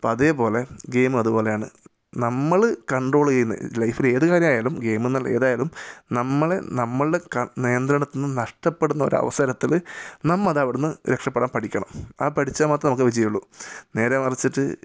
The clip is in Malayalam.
അപ്പോൾ അതേപോലെ ഗെയിം അതുപോലെയാണ് നമ്മൾ കണ്ട്രോൾ ചെയ്യുന്ന ലൈഫിൽ ഏത് കാര്യമായാലും ഗെയിം എന്നല്ല ഏതായാലും നമ്മളെ നമ്മുടെ ക നിയന്ത്രണത്തിൽനിന്ന് നഷ്ടപെടുന്ന ഒരവസരത്തിൽ നമ്മൾ അവിടുന്ന് രക്ഷപ്പെടാൻ പഠിക്കണം ആ പഠിച്ചാൽ മാത്രമേ നമുക്ക് വിജയമുള്ളൂ നേരെ മറിച്ചിട്ട്